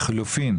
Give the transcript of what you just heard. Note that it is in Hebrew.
לחילופין,